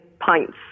pints